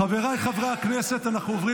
אני יכול --- חבר הכנסת הלוי.